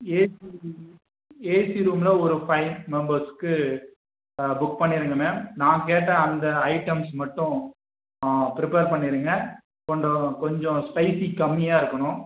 AC AC ரூம்மில் ஒரு five மெம்பர்ஸ்க்கு புக் பண்ணிருங்க மேம் நாங்கள் கேட்ட அந்த ஐட்டம்ஸ் மட்டும் ப்ரிப்பேர் பண்ணிருங்க கொண்டம் கொஞ்சம் ஸ்பைஸி கம்மியாக இருக்கணும்